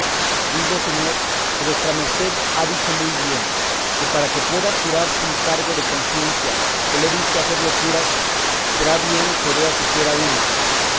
digo señor que vuestra merced ha dicho muy bien que para que pueda jurar sin cargo de conciencia que le he visto hacer locuras será bien que vea siquiera una